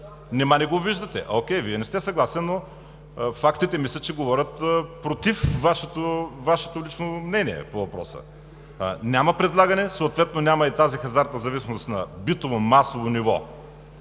за България“.) Окей, Вие не сте съгласен, но фактите мисля, че говорят против Вашето лично мнение по въпроса. Няма предлагане, съответно няма и тази хазартна зависимост на битово, масово ниво